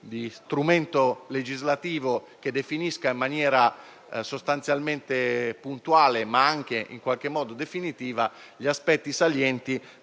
di strumento legislativo che definisca in maniera sostanzialmente puntuale, ma in qualche modo anche definitiva, gli aspetti salienti